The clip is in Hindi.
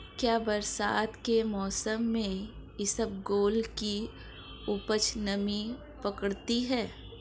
क्या बरसात के मौसम में इसबगोल की उपज नमी पकड़ती है?